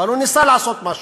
אבל הוא ניסה לעשות משהו.